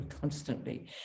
constantly